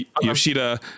Yoshida